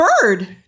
bird